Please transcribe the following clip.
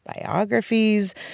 biographies